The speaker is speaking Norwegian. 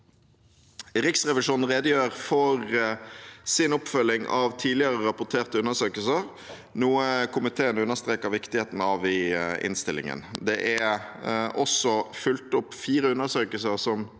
Riksrevisjonen redegjør for sin oppfølging av tidligere rapporterte undersøkelser, noe komiteen understreker viktigheten av i innstillingen. Det er også fulgt opp fire undersøkelser som